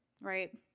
right